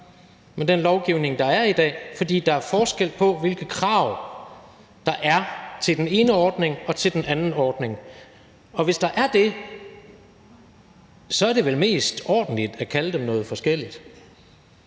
med den lovgivning, der er i dag. For der er forskel på, hvilke krav der er til den ene ordning og til den anden ordning. Og hvis der er det, er det vel mest ordentligt at kalde dem noget forskelligt.